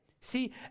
See